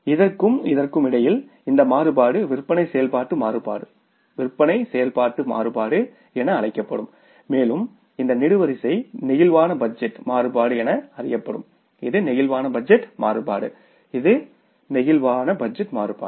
இதற்கும் இதற்கும் இடையில் இந்த மாறுபாடு விற்பனை செயல்பாட்டு மாறுபாடு விற்பனை செயல்பாட்டு மாறுபாடு என அழைக்கப்படும் மேலும் இந்த நெடுவரிசை பிளேக்சிபிள் பட்ஜெட் மாறுபாடு என அறியப்படும் இது பிளேக்சிபிள் பட்ஜெட் மாறுபாடு இது பிளேக்சிபிள் பட்ஜெட் மாறுபாடு